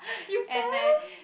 you fell